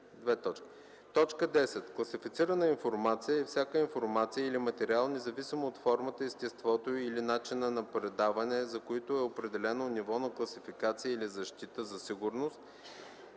10: „10. „Класифицирана информация” е всяка информация или материал, независимо от формата, естеството или начина на предаване, за които е определено ниво на класификация или защита за сигурност,